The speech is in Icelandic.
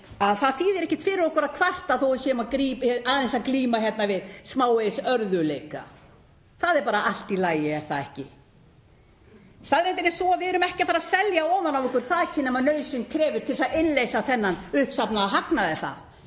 að það þýðir ekkert fyrir okkur að kvarta þó að við séum að glíma við smávegis örðugleika. Það er bara allt í lagi, er það ekki? Staðreyndin er sú að við erum ekki að fara að selja ofan af okkur þakið nema nauðsyn krefur til að innleysa þennan uppsafnaða hagnað, er